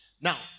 Now